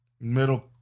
middle